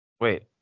Wait